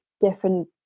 different